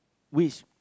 which